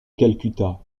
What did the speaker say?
calcutta